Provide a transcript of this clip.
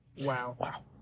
Wow